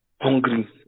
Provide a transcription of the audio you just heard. hungry